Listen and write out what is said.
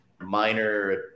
minor